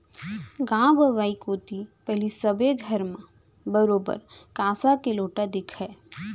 गॉंव गंवई कोती पहिली सबे घर म बरोबर कांस के लोटा दिखय